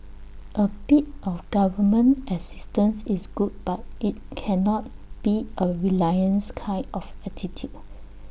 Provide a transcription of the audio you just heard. A bit of government assistance is good but IT cannot be A reliance kind of attitude